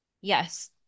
Yes